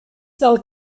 del